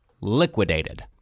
liquidated